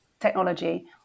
technology